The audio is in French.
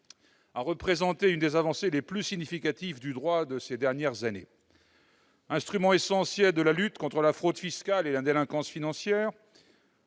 a représenté une des avancées les plus significatives du droit au cours de ces dernières années. Instrument essentiel de la lutte contre la fraude fiscale et la délinquance financière,